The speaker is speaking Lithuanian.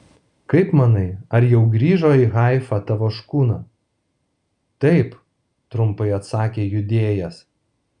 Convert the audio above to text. kaip manai ar jau grįžo į haifą tavo škuna taip trumpai atsakė judėjas